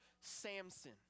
Samson